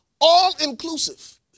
All-inclusive